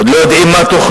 עוד לא יודעים מה תוכנו,